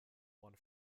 one